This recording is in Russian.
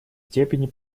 степени